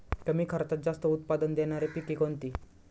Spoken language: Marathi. कमी खर्चात जास्त उत्पाद देणारी पिके कोणती?